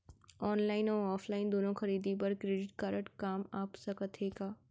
Online अऊ offline दूनो खरीदी बर क्रेडिट कारड काम आप सकत हे का?